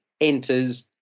enters